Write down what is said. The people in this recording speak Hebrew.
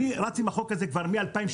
אני רץ עם החוק הזה כבר מ-2016.